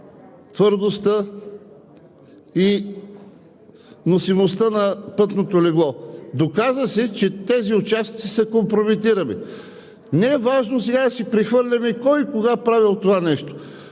твърдостта и носимостта на пътното легло. Доказа се, че тези участъци са компрометирани. Не е важно сега да си прехвърляме кой кога е правил това нещо,